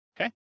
Okay